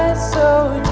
so